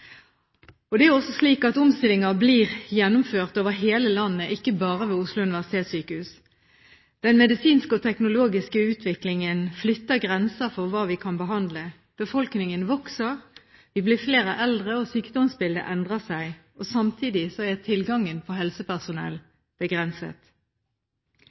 Det er også slik at omstillinger blir gjennomført over hele landet, ikke bare ved Oslo universitetssykehus. Den medisinske og teknologiske utviklingen flytter grenser for hva vi kan behandle. Befolkningen vokser, vi blir flere eldre, og sykdomsbildet endrer seg. Samtidig er tilgangen på